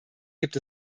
gibt